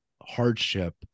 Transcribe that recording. hardship